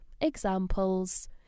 Examples